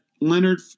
Leonard